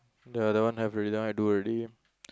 ya that one have already that I do already